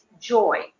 joy